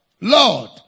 Lord